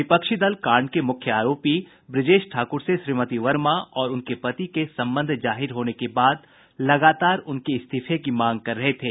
विपक्षी दल कांड के मुख्य आरोपी ब्रजेश ठाकुर से श्रीमती वर्मा और उनके पति के संबंध जाहिर होने के बाद लगातार उनके इस्तीफे की मांग कर रहे थे